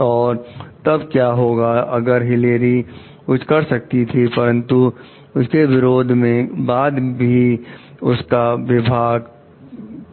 और तब क्या होगा अगर हिलेरी कुछ कर सकती थी परंतु उसके विरोध के बाद भी उसके विभाग